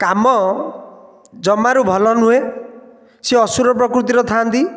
କାମ ଜମାରୁ ଭଲ ନୁହେଁ ସେ ଅସୁର ପ୍ରକୃତିର ଥାଆନ୍ତି